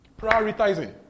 prioritizing